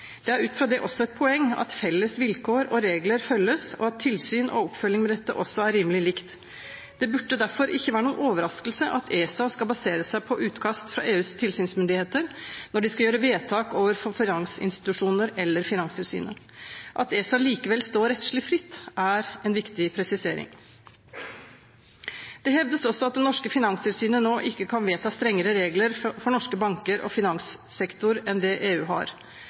Det er ut fra det også et poeng at felles vilkår og regler følges, og at tilsyn og oppfølging med dette også er rimelig likt. Det burde derfor ikke være noen overraskelse at ESA skal basere seg på utkast fra EUs tilsynsmyndigheter når de skal gjøre vedtak overfor finansinstitusjoner eller finanstilsynet. At ESA likevel står rettslig fritt, er en viktig presisering. Det hevdes også at det norske finanstilsynet nå ikke kan vedta strengere regler for norske banker og norsk finanssektor enn det EU har.